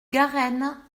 garenne